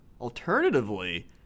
alternatively